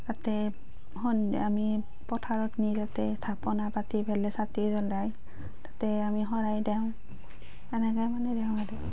তাতে আমি পথাৰত নি তাতে থাপনা পাতি পেলাই চাকি জ্বলাই তাতে আমি শৰাই দিওঁ এনেকৈ মানে দিওঁ আৰু